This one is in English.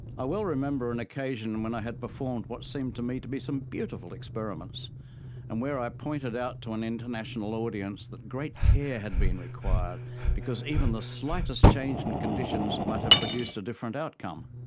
i well remember an occasion when i had performed what seemed to me to be some beautiful experiments and where i pointed out to an international audience that great care had been required because even the slightest change in conditions might have produced a different outcome.